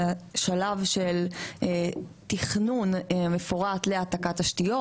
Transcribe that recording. בשלב של תכנון מפורט של העתקת תשתיות.